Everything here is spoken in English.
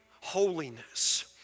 holiness